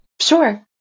Sure